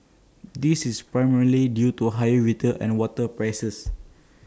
this is primarily due to higher retail and water prices